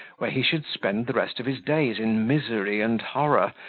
where he should spend the rest of his days in misery and horror,